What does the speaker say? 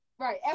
Right